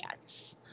Yes